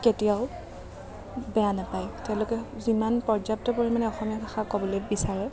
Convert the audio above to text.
কেতিয়াও বেয়া নাপায় তেওঁলোকে যিমান পৰ্যাপ্ত পৰিমাণে অসমীয়া ভাষা ক'বলৈ বিচাৰে